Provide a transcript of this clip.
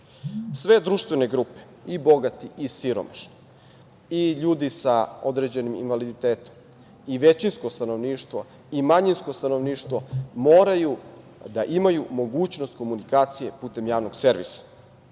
Sve društvene grupe, i bogati, i siromašni, i ljudi sa određenim invaliditetom, i većinsko stanovništvo i manjinsko stanovništvo moraju da imaju mogućnost komunikacije putem javnog servisa.